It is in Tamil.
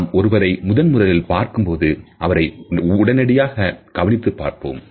நாம் ஒருவரை முதன் முறையில் பார்க்கும்போது அவரை உடனடியாக கவனித்துப் பார்ப்போம்